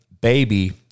baby